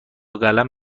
قلم